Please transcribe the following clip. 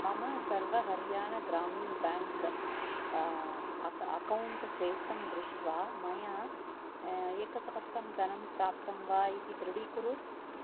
मम Sarva Haryana Gramin bank account शेषं दृष्ट्वा मया एकसहस्रं धनं प्राप्तं वा इति दृढीकुरु